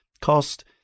cost